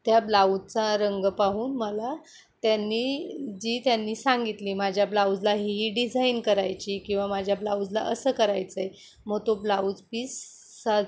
त्या ब्लाउजचा रंग पाहून मला त्यांनी जी त्यांनी सांगितली माझ्या ब्लाऊजला ही डिझाईन करायची किंवा माझ्या ब्लाऊजला असं करायचं आहे मग तो ब्लाऊज पीस्साच्